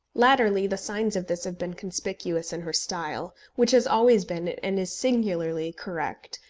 latterly the signs of this have been conspicuous in her style, which has always been and is singularly correct,